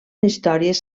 històries